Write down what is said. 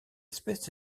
espèce